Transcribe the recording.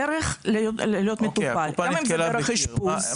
דרך להיות מטופל גם אם זה דרך אשפוז.